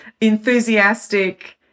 enthusiastic